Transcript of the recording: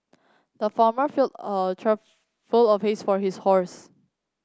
the farmer filled a trough full of Hays for his horse